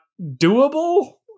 doable